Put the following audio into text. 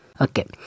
Okay